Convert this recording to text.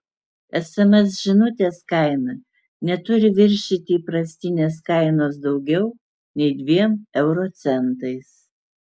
sms žinutės kaina neturi viršyti įprastinės kainos daugiau nei dviem euro centais